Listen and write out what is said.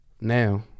Now